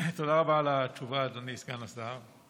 תודה רבה על התשובה, אדוני סגן השר.